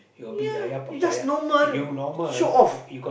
ya you just normal show off